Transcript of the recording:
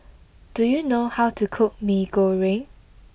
do you know how to cook Mee Goreng